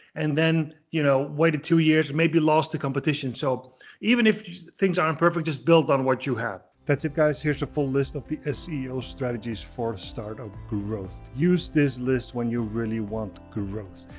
and then, you know, waited two years, maybe lost the competition. so even if things aren't perfect, just build on what you have. that's it guys. here's a full list of the seo strategies for startup growth. use this list when you really want growth.